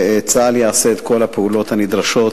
וצה"ל יעשה את כל הפעולות הנדרשות.